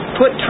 put